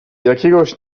jakiegoś